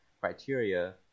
criteria